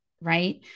right